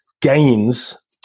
gains